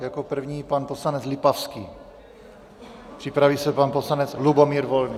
Jako první pan poslanec Lipavský, připraví se pan poslanec Lubomír Volný.